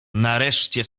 nareszcie